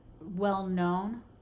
well-known